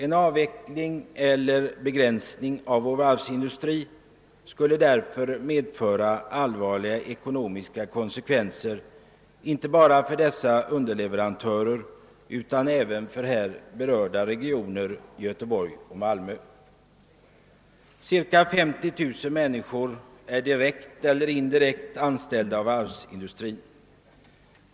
En avveckling eller en begränsning av vår varvsindustri skulle därför medföra allvarliga ekonomiska konsekvenser inte bara för dessa underleverantörer utan även för här berörda regioner i Göteborg och Malmö. Ca 50 000 människor är direkt eller indirekt anställda i varvsindustrin.